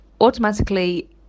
automatically